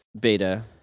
beta